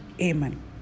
Amen